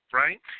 right